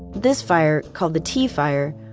this fire, called the tea fire,